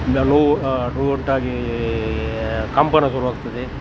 ಈಗ ನೋವು ನೋವು ಉಂಟಾಗಿ ಕಂಪನ ಶುರುವಾಗ್ತದೆ